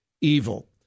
evil